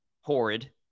horrid